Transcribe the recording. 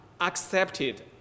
accepted